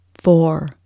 four